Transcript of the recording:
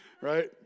Right